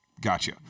Gotcha